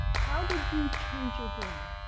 how did you change your brain?